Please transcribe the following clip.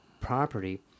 property